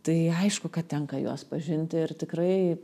tai aišku kad tenka juos pažinti ir tikrai